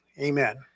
Amen